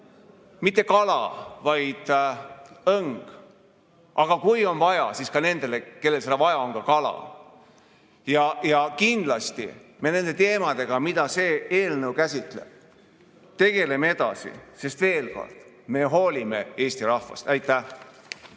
mitte kala, vaid õng. Aga kui on vaja, siis nendele, kellel seda vaja on, tuleb anda ka kala. Kindlasti me nende teemadega, mida see eelnõu käsitleb, tegeleme edasi, sest veel kord: me hoolime Eesti rahvast. Aitäh!